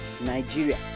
Nigeria